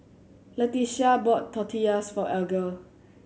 Letitia bought Tortillas for Alger